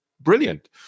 brilliant